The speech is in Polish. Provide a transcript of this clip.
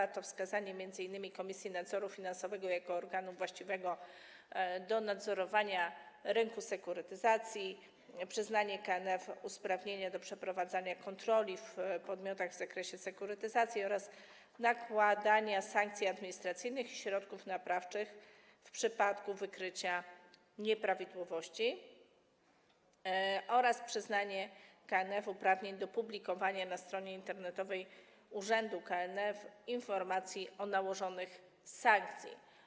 Chodzi o wskazanie m.in. Komisji Nadzoru Finansowego jako organu właściwego do nadzorowania rynku sekurytyzacji, przyznanie KNF uprawnienia do przeprowadzania kontroli w podmiotach w zakresie sekurytyzacji, nakładanie sankcji administracyjnych i środków naprawczych w przypadku wykrycia nieprawidłowości oraz przyznanie KNF uprawnień do publikowania na stronie internetowej urzędu KNF informacji o nałożonych sankcjach.